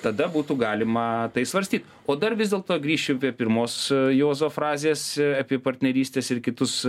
tada būtų galima tai svarstyt o dar vis dėlto grįšim prie pirmos juozo frazės apie partnerystes ir kitus